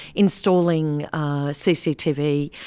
installing cctv.